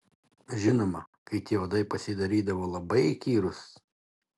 žinoma kai tie uodai pasidarydavo labai įkyrūs